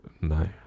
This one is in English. No